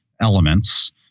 elements